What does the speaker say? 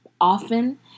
often